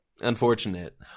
Unfortunate